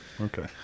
Okay